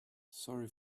sorry